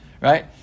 Right